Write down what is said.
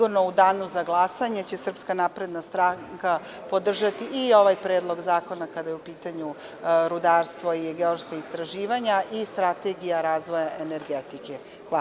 U Danu za glasanje sigurno će Srpska napredna stranka podržati i ovaj predlog zakona kada su u pitanju rudarstvo, geološka istraživanja i Strategija razvoja energetike.